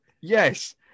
yes